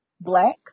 black